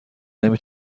نمی